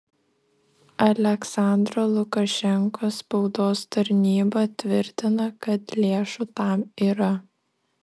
aliaksandro lukašenkos spaudos tarnyba tvirtina kad lėšų tam yra